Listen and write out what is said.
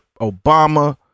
Obama